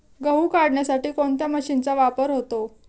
गहू काढण्यासाठी कोणत्या मशीनचा वापर होतो?